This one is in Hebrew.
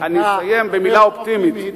אני אסיים בנימה אופטימית,